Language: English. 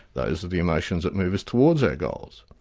those are the emotions that move us towards our goals.